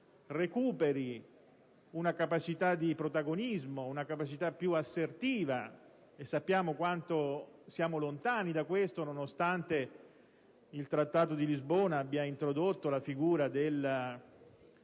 recuperi una capacità di protagonismo, una capacità più assertiva, e sappiamo quanto siamo lontani da tale obiettivo. Nonostante il Trattato di Lisbona abbia introdotto la figura del